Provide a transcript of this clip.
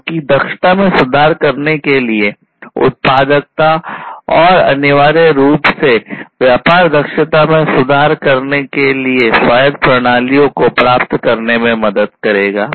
क्योंकि दक्षता में सुधार करने के लिए उत्पादकता और अनिवार्य रूप से व्यापार दक्षता सुधार के लिए स्वायत्त प्रणालियों को प्राप्त करने में मदद करेगा